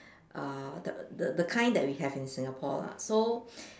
uh the the the kind that we have in Singapore lah so